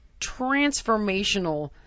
transformational